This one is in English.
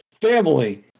family